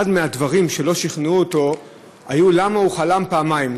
אחד מהדברים שלא שכנעו אותו היו למה הוא חלם פעמיים,